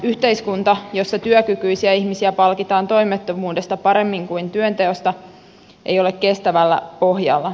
yhteiskunta jossa työkykyisiä ihmisiä palkitaan toimettomuudesta paremmin kuin työnteosta ei ole kestävällä pohjalla